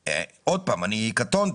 קטונתי,